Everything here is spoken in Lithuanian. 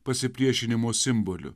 pasipriešinimo simboliu